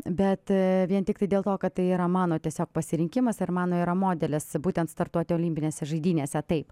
bet vien tiktai dėl to kad tai yra mano tiesiog pasirinkimas ir mano yra modelis būtent startuoti olimpinėse žaidynėse taip